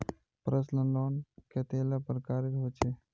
Personal loan कतेला प्रकारेर होचे?